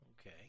Okay